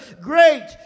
Great